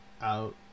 out